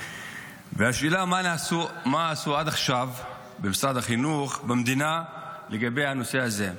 השאלה היא מה עשו עד עכשיו במשרד החינוך במדינה לגבי הנושא הזה,